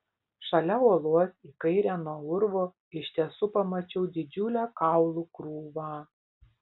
šalia uolos į kairę nuo urvo iš tiesų pamačiau didžiulę kaulų krūvą